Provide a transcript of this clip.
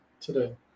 today